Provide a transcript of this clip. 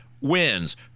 wins